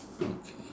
okay